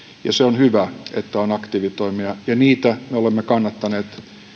ja se on hyvä että on aktiivitoimia ja niitä me olemme kannattaneet